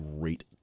great